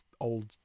old